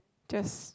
just